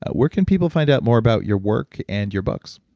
ah where can people find out more about your work and your books?